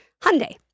Hyundai